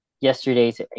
yesterday's